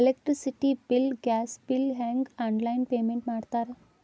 electricity bill gas bill ಹೆಂಗ online payment ಮಾಡ್ತಾರಾ